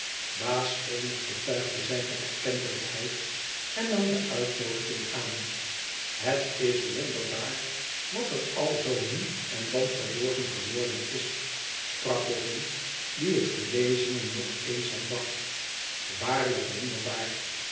baas venus betuigde zijne erkentelijkheid en nam de uitnoodiging aan het is wonderbaar wat er al zoo nu en dan verborgen geworden is sprak boffin die het gelezene nog eens herdacht waarlijk wonderbaar